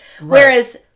Whereas